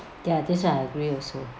ya this one I agree also